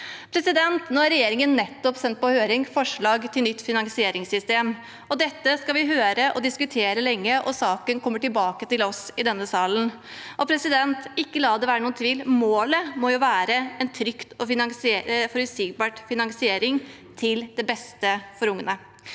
gjør nå. Nå har regjeringen nettopp sendt på høring et forslag til nytt finansieringssystem. Dette skal vi høre og diskutere lenge, og saken kommer tilbake til oss i denne salen. Ikke la det være noen tvil: Målet må være en trygg og forutsigbar finansiering til det beste for ungene.